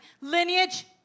lineage